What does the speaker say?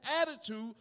attitude